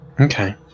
Okay